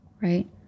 right